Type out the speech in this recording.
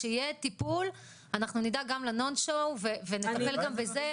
כשיהיה טיפול אנחנו נדאג גם ל'נו שואו' ואנחנו נטפל גם בזה,